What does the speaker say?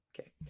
Okay